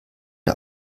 der